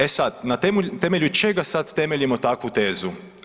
E sad, na temelju čega sad temeljimo takvu tezu?